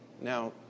Now